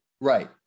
Right